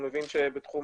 הוא מבין שבתחום